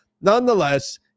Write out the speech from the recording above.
nonetheless